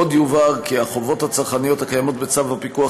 עוד יובהר כי החובות הצרכניות הקיימות בצו הפיקוח